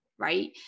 Right